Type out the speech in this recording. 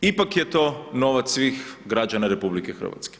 Ipak je to novac svih građana RH.